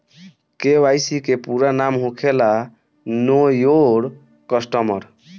KYC के पूरा नाम होखेला नो योर कस्टमर